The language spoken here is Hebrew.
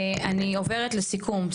אני עוברת לסיכום.